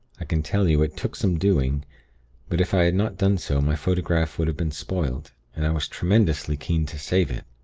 i can tell you, it took some doing but if i had not done so my photograph would have been spoilt, and i was tremendously keen to save it.